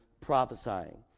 prophesying